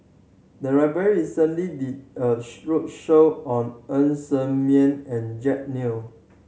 the library recently did a roadshow on Ng Ser Miang and Jack Neo